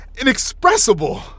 inexpressible